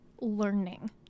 learning